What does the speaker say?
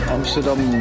Amsterdam